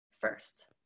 first